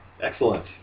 Excellent